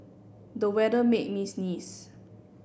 the weather made me sneeze